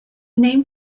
name